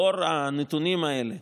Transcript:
לאור הנתונים האלה,